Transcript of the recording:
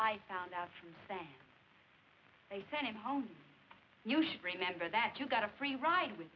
i found out from that they sent him home you should remember that you got a free ride with